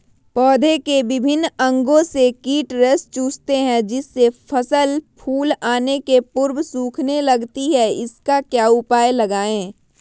पौधे के विभिन्न अंगों से कीट रस चूसते हैं जिससे फसल फूल आने के पूर्व सूखने लगती है इसका क्या उपाय लगाएं?